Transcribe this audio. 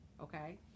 okay